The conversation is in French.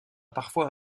parfois